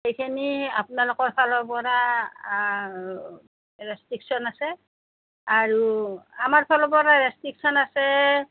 সেইখিনি আপোনালোকৰ ফালৰ পৰা ৰেষ্টিকচন আছে আৰু আমাৰ ফালৰ পৰা ৰেষ্টিকচন আছে